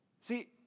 See